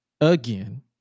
again